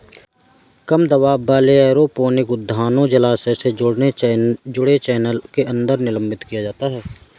कम दबाव वाले एरोपोनिक उद्यानों जलाशय से जुड़े चैनल के अंदर निलंबित किया जाता है